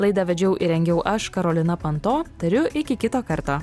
laidą vedžiau įrengiau aš karolina panto tariu iki kito karto